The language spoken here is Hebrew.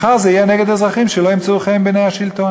מחר זה יהיה נגד אזרחים שלא ימצאו חן בעיני השלטון.